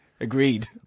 agreed